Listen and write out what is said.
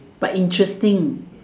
but interesting